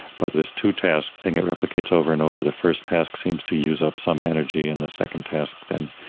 but this two-task thing, it replicates over and over. the first task seems to use up some energy and the second task then,